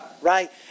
right